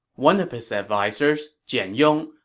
one of his advisers, jian yong,